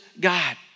God